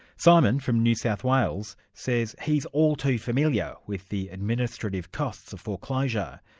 simon, from new south wales, says he's all too familiar with the administrative costs of foreclosure.